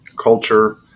culture